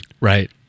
Right